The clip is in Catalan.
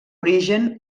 origen